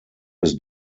bis